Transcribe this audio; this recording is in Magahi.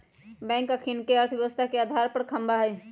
बैंक अखनिके अर्थव्यवस्था के अधार ख़म्हा हइ